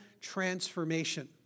transformation